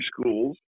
schools